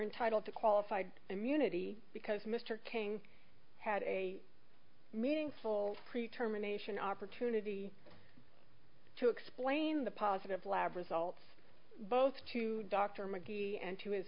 entitled to qualified immunity because mr king had a meaningful pre term anation opportunity to explain the positive lab results both to dr mcgee and to his